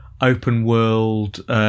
open-world